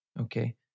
Okay